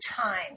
time